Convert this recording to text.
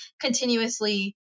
continuously